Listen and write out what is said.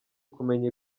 kumenya